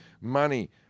Money